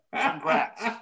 Congrats